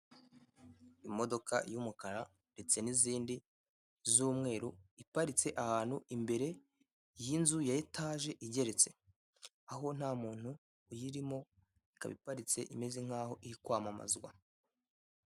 Imodoka y'umukara ndetse n'izindi z'umweru, iparitse ahantu, imbere y'inzu ya etaje igeretse. Aho nta muntu uyirimo, ikaba iparitse imeze nk'aho iri kwamamazwa.